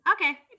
Okay